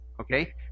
Okay